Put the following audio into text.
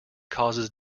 causes